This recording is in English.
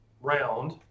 round